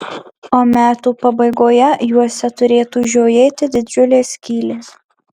o metų pabaigoje juose turėtų žiojėti didžiulės skylės